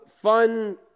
fun